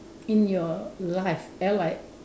in your life L I